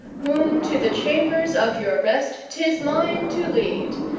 whom to the chambers of your rest tis mine to lead,